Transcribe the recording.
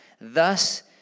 Thus